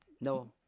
No